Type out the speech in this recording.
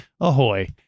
ahoy